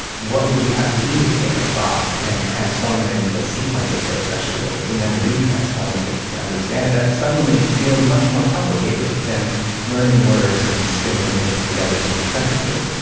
what would you have to do to take a thought and transform it into a sequence of air pressure waves and then to re-transform it to to understand it? that suddenly feels much more complicated than learning words and stringing things together to make sentences.